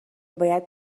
باید